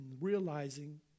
realizing